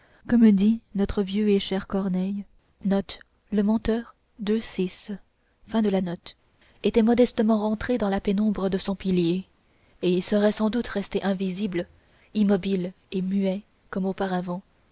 comme dit notre vieux et cher corneille était modestement rentré dans la pénombre de son pilier et y serait sans doute resté invisible immobile et muet comme auparavant